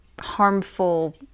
harmful